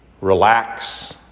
relax